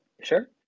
Sure